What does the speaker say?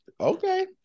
okay